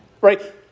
Right